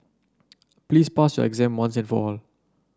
please pass your exam once and for all